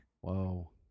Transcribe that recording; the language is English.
Whoa